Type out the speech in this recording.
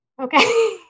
Okay